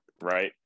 Right